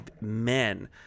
men